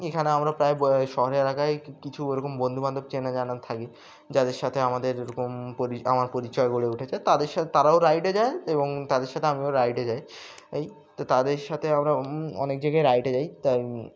এখানে আমরা প্রায় শহরে এলাকায় কিছু ওরকম বন্ধুবান্ধব চেনা জানা থাকি যাদের সাথে আমাদের এরকম পরি আমার পরিচয় গড়ে উঠেছে তাদের সাথে তারাও রাইডে যায় এবং তাদের সাথে আমিও রাইডে যাই এই তো তাদের সাথে আমরা অনেক জায়গায় রাইডে যাই তাই